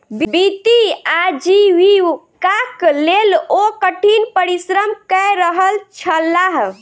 वित्तीय आजीविकाक लेल ओ कठिन परिश्रम कय रहल छलाह